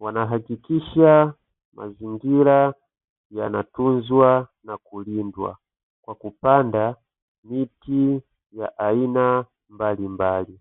wanahakikisha mazingira yanatunzwa na kulinda kwa kupanda miti ya aina mbalimbali.